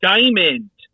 Diamond